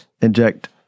inject